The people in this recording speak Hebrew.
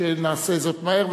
שנעשה זאת מהר,